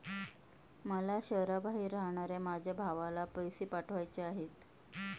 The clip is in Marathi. मला शहराबाहेर राहणाऱ्या माझ्या भावाला पैसे पाठवायचे आहेत